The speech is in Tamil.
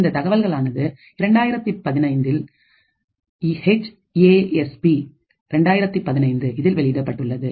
இந்த தகவல் ஆனது 2015இல் எச் ஏ எஸ் பி 2015 இதில் வெளியிடப்பட்டுள்ளது